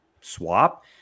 swap